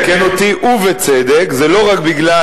מתקן אותי, ובצדק, זה לא רק בגלל,